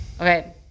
okay